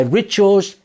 rituals